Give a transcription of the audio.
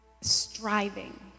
striving